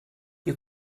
you